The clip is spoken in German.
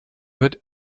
wird